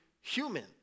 human